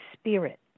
spirit